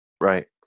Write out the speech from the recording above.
right